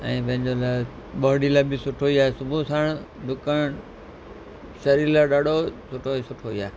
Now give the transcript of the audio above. ऐं पंहिंजे लाइ बॉडी लाइ बि सुठो ई आहे सुबुह उथणु डुकणु शरीर लाइ ॾाढो सुठो सुठो ई आहे